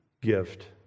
gift